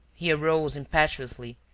he arose impetuously,